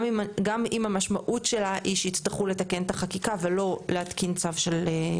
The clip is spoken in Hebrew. גם אם המשמעות שלה היא שיצטרכו לתקן את החקיקה ולא להתקין צו.